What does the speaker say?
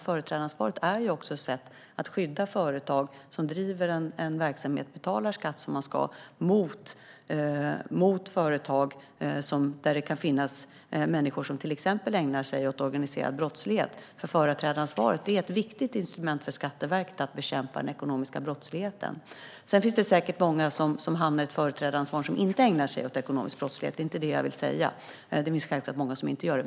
Företrädaransvaret är också ett sätt att skydda företag som bedriver en verksamhet och betalar skatt som de ska mot företag där det kan finnas människor som till exempel ägnar sig åt organiserad brottslighet. Företrädaransvaret är ett viktigt instrument för Skatteverket för att bekämpa den ekonomiska brottsligheten. Sedan finns det säkert många som hamnar i ett företrädaransvar och som inte ägnar sig åt ekonomisk brottslighet - jag vill inte säga något annat, för det finns självklart många som inte gör det.